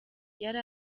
yari